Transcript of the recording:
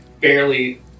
barely